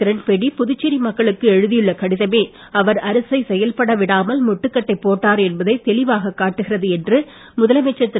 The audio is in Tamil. கிரண்பேடி புதுச்சேரி மக்களுக்கு எழுதியுள்ள கடிதமே அவர் அரசை செயல்பட விடாமல் முட்டுக்கட்டை போட்டார் என்பதை தெளிவாகக் காட்டுகிறது என்று முதலமைச்சர் திரு